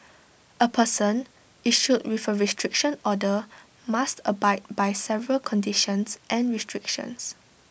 A person issued with A restriction order must abide by several conditions and restrictions